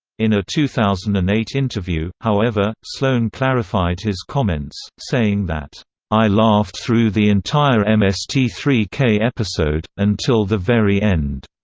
in a two thousand and eight interview, however, sloane clarified his comments, saying that i laughed through the entire m s t three k episode, until the very end.